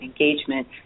engagement